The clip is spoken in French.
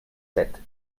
sept